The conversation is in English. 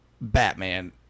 Batman